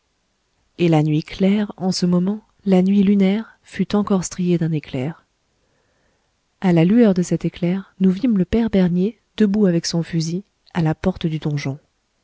et la nuit claire en ce moment la nuit lunaire fut encore striée d'un éclair à la lueur de cet éclair nous vîmes le père bernier debout avec son fusil à la porte du donjon